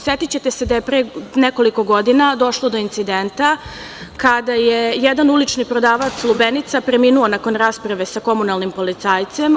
Setićete se da je pre nekoliko godina došlo do incidenta kada je jedan ulični prodavac lubenica preminuo nakon rasprave sa komunalnim policajcem.